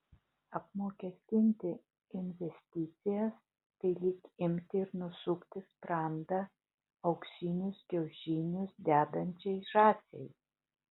apmokestinti investicijas tai lyg imti ir nusukti sprandą auksinius kiaušinius dedančiai žąsiai